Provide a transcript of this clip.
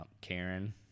Karen